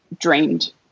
dreamed